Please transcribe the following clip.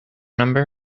number